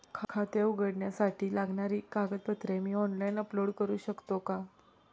खाते उघडण्यासाठी लागणारी कागदपत्रे मी ऑनलाइन अपलोड करू शकतो का?